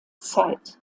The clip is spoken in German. zeit